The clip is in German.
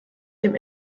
dem